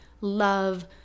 love